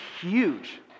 huge